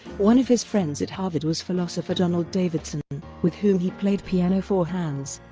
one of his friends at harvard was philosopher donald davidson, with whom he played piano four hands.